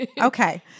Okay